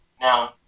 now